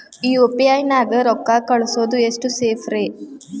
UPI ನ್ಯಾಗ ರೊಕ್ಕ ಕಳಿಸೋದು ಎಷ್ಟ ಸೇಫ್ ರೇ?